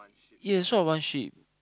yes short of one sheep